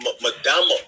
Madama